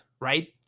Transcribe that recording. right